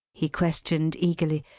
he questioned eagerly.